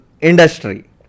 Industry